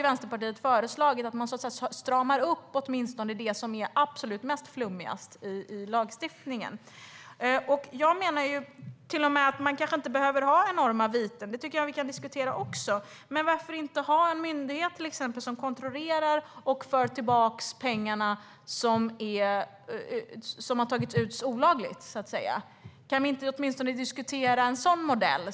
Vänsterpartiet har föreslagit att man åtminstone stramar upp det som är flummigast i lagstiftningen. Kanske behöver vi inte ha enorma viten. Det kan vi också diskutera. Men varför inte ha en myndighet som kontrollerar och för tillbaka de pengar som har tagits ut olagligt? Kan vi åtminstone diskutera en sådan modell?